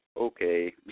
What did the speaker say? Okay